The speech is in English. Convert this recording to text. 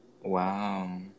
Wow